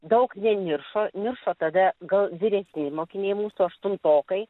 daug neniršo niršo tada gal vyresni mokiniai mūsų aštuntokai